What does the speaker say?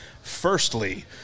firstly